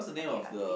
a bit ugly